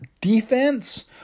defense